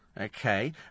okay